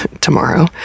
tomorrow